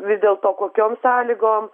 vis dėlto kokiom sąlygom